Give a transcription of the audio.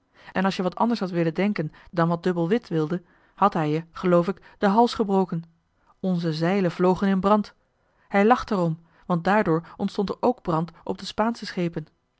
en als je wat anders had willen denken dan wat dubbel wit wilde had hij je geloof ik den hals gebroken onze zeilen vlogen in brand hij lachte er om want daardoor ontstond er ook brand op de spaansche schepen